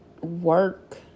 work